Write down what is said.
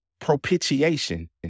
propitiation